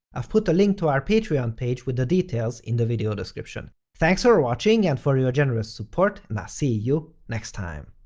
i've put a link to our patreon page with the details in the video description. thanks for watching and for your generous support, and i'll see you next time!